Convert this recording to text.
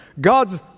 God's